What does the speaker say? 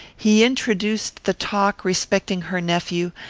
he introduced the talk respecting her nephew,